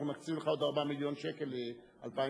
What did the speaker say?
אנחנו נקציב לך עוד 4 מיליון שקל ל-2012.